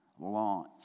Launch